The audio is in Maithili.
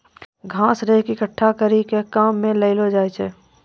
घास रेक एकठ्ठा करी के काम मे लैलो जाय छै